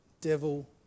devil